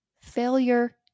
Failure